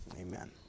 Amen